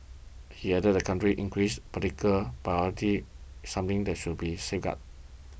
he added that the country's increasing political party something that should be safeguarded